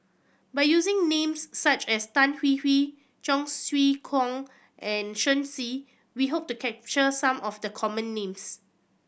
by using names such as Tan Hwee Hwee Cheong Siew Keong and Shen Xi we hope to capture some of the common names